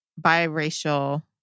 biracial